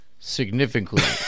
Significantly